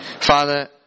Father